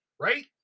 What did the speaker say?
right